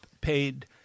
paid